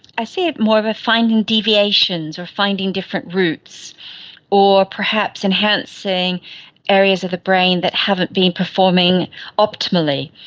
i see it more of a finding deviations or finding different routes or perhaps enhancing areas of the brain that haven't been performing optimally.